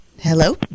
Hello